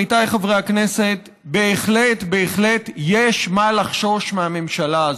עמיתיי חברי הכנסת: בהחלט בהחלט יש מה לחשוש מהממשלה הזאת.